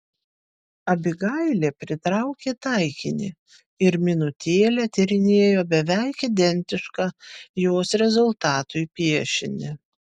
abigailė pritraukė taikinį ir minutėlę tyrinėjo beveik identišką jos rezultatui piešinį